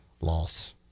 loss